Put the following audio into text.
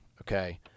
Okay